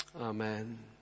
Amen